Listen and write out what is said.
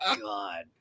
God